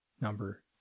number